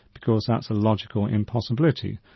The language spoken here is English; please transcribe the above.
because that's a logical impossibility.